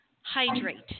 Hydrate